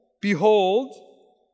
Behold